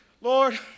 Lord